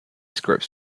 scripts